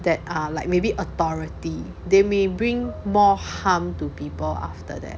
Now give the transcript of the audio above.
that are like maybe authority they may bring more harm to people after that